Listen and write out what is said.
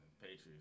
Patriots